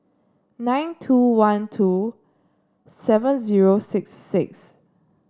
nine two one two seven zero six six